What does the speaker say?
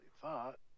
thought